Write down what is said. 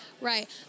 right